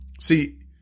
See